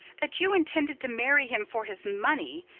that you intended to marry him for his money,